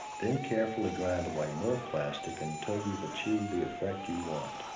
then carefully grind away more plastic until you've achieved the effect you want.